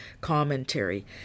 commentary